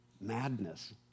Madness